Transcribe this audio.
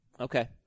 Okay